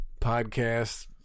podcast